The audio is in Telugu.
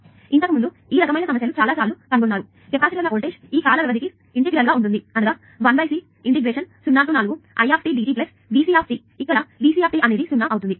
కాబట్టి మీరు ఇంతకు ముందు ఈ రకమైన సమస్యలు చాలాసార్లు పరిష్కరించారు కెపాసిటర్ల వోల్టేజ్ ఈ కాల వ్యవధికి ఇంటెగ్రల్ గా ఉంటుంది అని తెలుసు అనగా1c04i dtVc ఇక్కడ V c అనేది 0 అవుతుంది